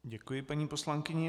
Děkuji, paní poslankyně.